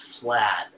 flat